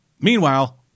Meanwhile